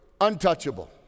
untouchable